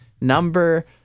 number